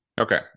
Okay